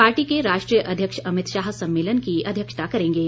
party के राष्ट्रीय अध्यक्ष अमित शाह सम्मेलन की अध्यक्षता करेंगे